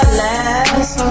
last